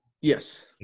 Yes